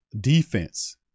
defense